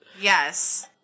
Yes